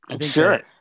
sure